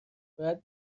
باید